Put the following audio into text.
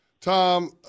Tom